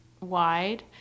wide